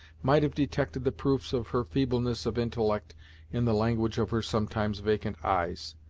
might have detected the proofs of her feebleness of intellect in the language of her sometimes vacant eyes,